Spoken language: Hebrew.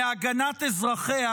מהגנת אזרחיה,